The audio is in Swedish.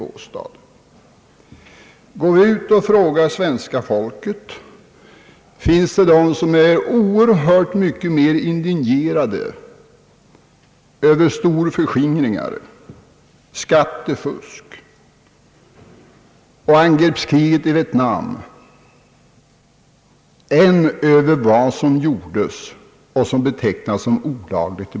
Går man exempelvis ut och frågar svenska folket, skall man finna att det är många som är oerhört mer indignerade över storförskingringar, skattefusk och angreppskriget i Vietnam än över vad som gjordes i Båstad och som betecknas såsom olagligt.